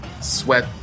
sweat